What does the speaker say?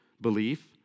belief